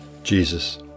Jesus